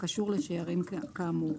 הקשור לשיירים כאמור".